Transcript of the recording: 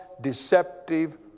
deceptive